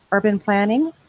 urban planning,